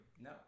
No